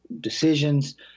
decisions